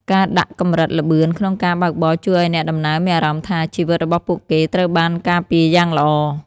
ការដាក់កម្រិតល្បឿនក្នុងការបើកបរជួយឱ្យអ្នកដំណើរមានអារម្មណ៍ថា ជីវិតរបស់ពួកគេត្រូវបានការពារយ៉ាងល្អ។